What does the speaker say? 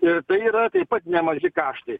ir tai yra taip pat nemaži kaštai